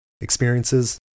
experiences